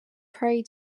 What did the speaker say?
prey